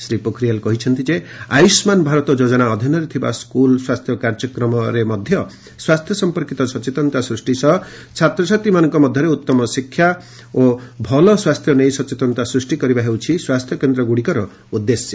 ଶ୍ରୀ ପୋଖରିଆଲ୍ କହିଛନ୍ତି ଯେ ଆୟୁଷ୍ମାନ ଭାରତ ଯୋଜନା ଅଧୀନରେ ଥିବା ସ୍କୁଲ୍ ସ୍ୱାସ୍ଥ୍ୟ କାର୍ଯ୍ୟକ୍ରମରେ ସ୍ୱାସ୍ଥ୍ୟ ସଂପର୍କିତ ସଚେତନତା ସୃଷ୍ଟି ସହ ଛାତ୍ରଛାତ୍ରୀମାନଙ୍କ ମଧ୍ୟରେ ଉତ୍ତମ ଶିକ୍ଷା ଓ ସୁସ୍ୱାସ୍ଥ୍ୟ ନେଇ ସଚେତନତା ସୂଷ୍ଟି କରିବା ହେଉଛି ସ୍ୱାସ୍ଥ୍ୟକେନ୍ଦ୍ରଗୁଡ଼ିକର ଉଦ୍ଦେଶ୍ୟ